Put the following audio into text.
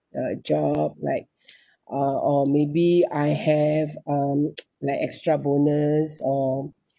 uh job like or or maybe I have um like extra bonus or